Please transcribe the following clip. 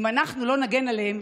אם אנחנו לא נגן עליהם,